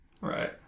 right